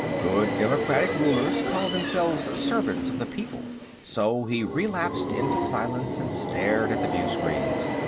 good democratic rulers called themselves servants of the people. so he relapsed into silence and stared at the viewscreens.